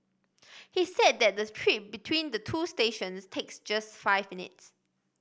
he said that the trip between the two stations takes just five minutes